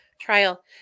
trial